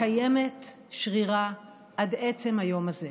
קיימת ושרירה עד עצם היום הזה.